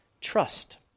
trust